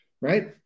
right